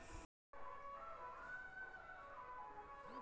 planter ఒక అడుగు కంటే తక్కువ దూరంలో ఉన్న వరుసలలో ఎక్కువ ఇత్తనాలను నాటుతుంది